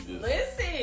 Listen